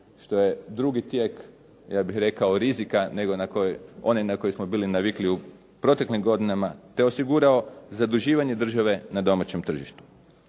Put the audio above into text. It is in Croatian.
što je drugi tijek ja bih rekao rizika nego oni na koje smo bili navikli u proteklim godinama te osigurao zaduživanje države na domaćem tržištu.